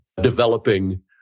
developing